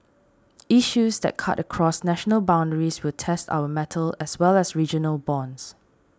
issues that cut across national boundaries will test our mettle as well as regional bonds